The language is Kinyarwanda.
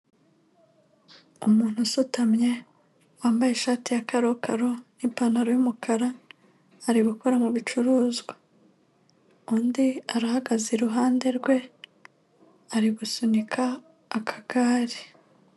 Umuntu usutamye, wambaye ishati ya karokaro, nipantaro y'umukara ari gukora mubicuruzwa. Undi arahagaze iruhande rwe, ari gusunika akagare.